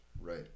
Right